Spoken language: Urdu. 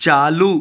چالو